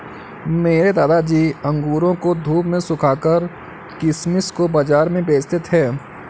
मेरे दादाजी अंगूरों को धूप में सुखाकर किशमिश को बाज़ार में बेचते थे